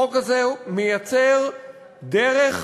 החוק הזה מייצר דרך